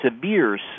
severe